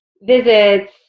visits